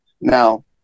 Now